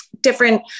different